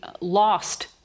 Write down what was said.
lost